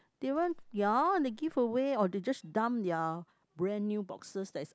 they even ya they give away or they just dump their brand new boxes that's